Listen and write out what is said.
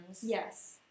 Yes